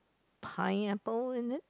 pineapple in it